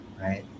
right